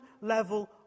level